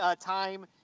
time